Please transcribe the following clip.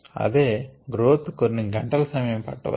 అదే గ్రోత్ కొన్ని గంటల సమయం పట్ట వచ్చు